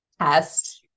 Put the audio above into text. test